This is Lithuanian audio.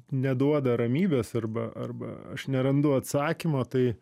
neduoda ramybės arba arba aš nerandu atsakymo tai